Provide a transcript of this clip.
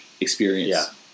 experience